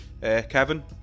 Kevin